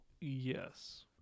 Yes